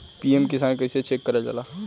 PM Kisan कइसे check करल जाला?